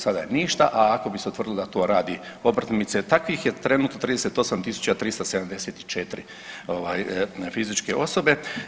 Sada je ništa, a ako bi se utvrdilo da to rade obrtnici, takvih je trenutno 38 374 fizičke osobe.